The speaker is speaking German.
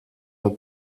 der